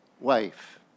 wife